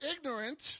ignorant